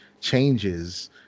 changes